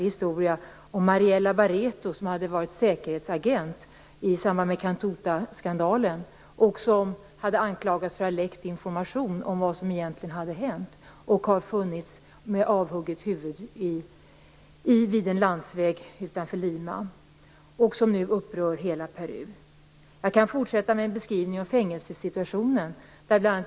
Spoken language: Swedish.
Den handlar om Mariella Barreto som hade varit säkerhetsagent i samband med en skandal. Hon anklagades för att läckt information om vad som egentligen hade hänt. Hon har hittats med avhugget huvud vid en landsväg utanför Lima. Detta upprör nu hela Peru. Jag kan fortsätta med en beskrivning av fängelsesituationen.